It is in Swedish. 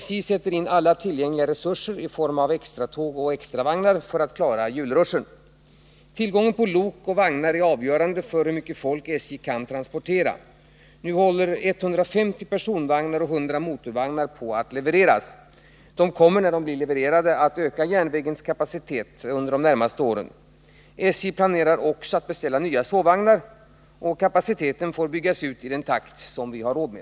SJ sätter in alla tillgängliga resurser i form av extratåg och extravagnar för att klara julruschen. Tillgången på lok och vagnar är avgörande för hur mycket folk SJ kan transportera. Nu håller 150 personvagnar och 100 motorvagnar på att levereras. De kommer, när de blivit levererade, att öka järnvägens kapacitet under de närmaste åren. SJ planerar också att beställa nya sovvagnar. Kapaciteten får byggas ut i den takt vi har råd med.